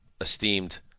esteemed